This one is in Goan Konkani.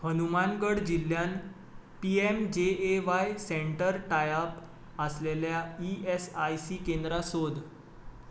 हनुमानगड जिल्ल्यांत P M J A Y centre type आशिल्लीं ई एस आय सी केंद्रां सोद